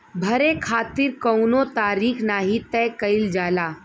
भरे खातिर कउनो तारीख नाही तय कईल जाला